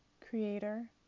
Creator